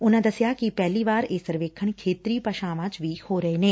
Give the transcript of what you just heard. ਉਨੂਾਂ ਦਸਿਆ ਕਿ ਪਹਿਲੀ ਵਾਰ ਇਹ ਸਰਵੇਖਣ ਖੇਤਰੀ ਭਾਸ਼ਾਵਾਂ ਵਿਚ ਵੀ ਹੋ ਰਹੇ ਨੇ